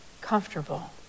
comfortable